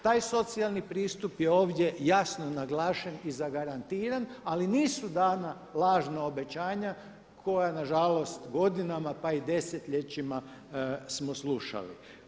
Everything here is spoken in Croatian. Taj socijalni pristup je ovdje jasno naglašen i zagarantiran, ali nisu dana lažna obećanja koja nažalost godinama pa i desetljećima smo slušali.